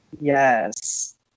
yes